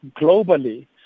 globally